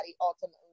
ultimately